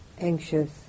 anxious